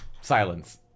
Silence